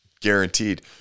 Guaranteed